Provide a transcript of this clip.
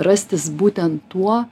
rastis būtent tuo